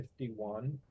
51